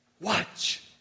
watch